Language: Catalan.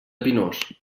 pinós